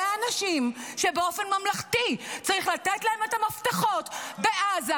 אלה האנשים שבאופן ממלכתי צריך לתת להם את המפתחות בעזה,